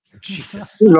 Jesus